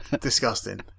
disgusting